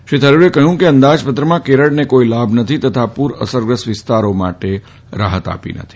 શ્રી થરૂરે કહ્યું કે અંદાજ ત્રમાં કેરળને કોઇ લાભ નથી તથા પૂર અસરગ્રસ્ત વિસ્તારો માટે રાહત નથી